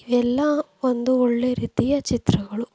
ಇವೆಲ್ಲ ಒಂದು ಒಳ್ಳೆಯ ರೀತಿಯ ಚಿತ್ರಗಳು